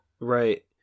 right